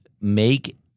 make